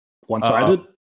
one-sided